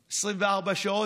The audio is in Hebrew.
יופי, ברוך השם.